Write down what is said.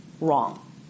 wrong